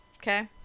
okay